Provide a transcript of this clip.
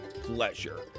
pleasure